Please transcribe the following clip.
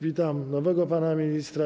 Witam nowego pana ministra.